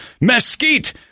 mesquite